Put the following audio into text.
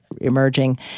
emerging